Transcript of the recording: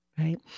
Right